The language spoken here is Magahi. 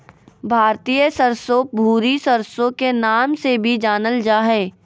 भारतीय सरसो, भूरी सरसो के नाम से भी जानल जा हय